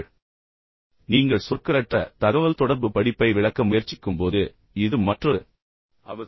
எனவே நீங்கள் சொற்களற்ற தகவல்தொடர்பு படிப்பை விளக்க முயற்சிக்கும்போது இது மற்றொரு ஆபத்து